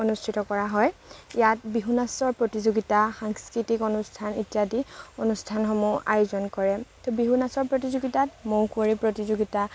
অনুষ্ঠিত কৰা হয় ইয়াত বিহু নাচৰ প্ৰতিযোগিতা সাংস্কৃতিক অনুষ্ঠান ইত্যাদি অনুষ্ঠানসমূহ আয়োজন কৰে বিহু নাচৰ প্ৰতিযোগিতাত মৌ কুঁৱৰী প্ৰতিযোগিতা